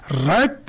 right